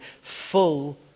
full